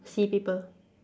see people